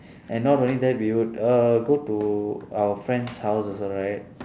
and not only that we would uh go to our friends house also right